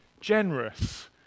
generous